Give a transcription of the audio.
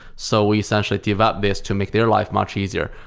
so we essentially devop this to make their life much easier,